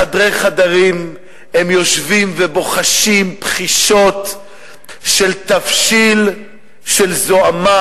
בחדרי חדרים הם יושבים ובוחשים בחישות של תבשיל של זוהמה,